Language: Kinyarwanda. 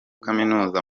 kaminuza